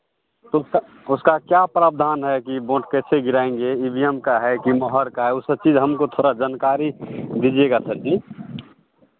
तो उसका उसका क्या प्रावधान है कि वोट कैसे गिराएंगे ई वी एम का है कि मोहर का है वो सब चीज़ हमको थोड़ा जानकारी दीजियेगा सर जी